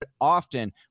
often